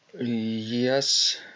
Yes